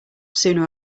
sooner